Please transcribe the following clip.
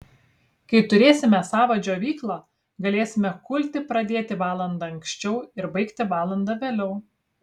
kai turėsime savą džiovyklą galėsime kulti pradėti valanda anksčiau ir baigti valanda vėliau